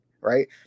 right